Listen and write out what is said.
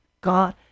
God